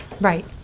Right